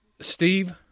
Steve